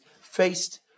faced